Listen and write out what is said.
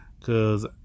Cause